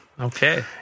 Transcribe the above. okay